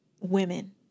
women